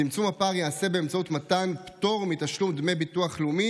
צמצום הפער ייעשה באמצעות מתן פטור מתשלום דמי ביטוח לאומי